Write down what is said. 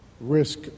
risk